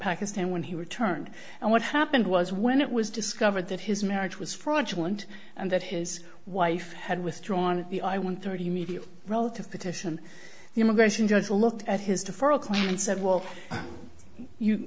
pakistan when he returned and what happened was when it was discovered that his marriage was fraudulent and that his wife had withdrawn the i one thirty media relative petition the immigration judge to look at his deferral clinton said well you